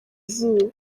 izuba